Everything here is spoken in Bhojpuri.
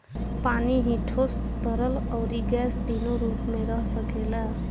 पानी ही ठोस, तरल, अउरी गैस तीनो रूप में रह सकेला